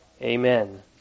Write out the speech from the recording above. Amen